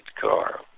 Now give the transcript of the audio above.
car